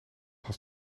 had